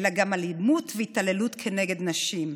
אלא גם אלימות והתעללות כנגד נשים.